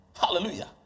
Hallelujah